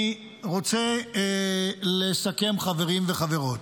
אני רוצה לסכם, חברים וחברות.